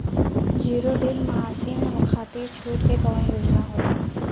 Zero till machine खाती छूट के कवन योजना होला?